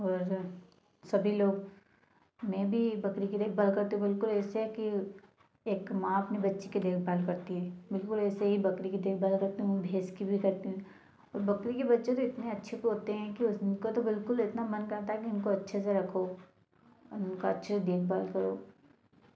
और सभी लोग हमें भी बकरी की देखभाल करते बिल्कुल ऐसे की एक माँ अपने बच्चे के देखभाल करती है बिल्कुल ऐसे ही बकरी की देखभाल करती हूँ भैंस की भी करती हूँ और बकरी के बच्चे तो इतने अच्छे होते है की उस उनको तो बिल्कुल इतना मन करता है की उनको अच्छे से रखो और अच्छे देखभाल करो